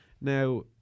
Now